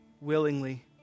willingly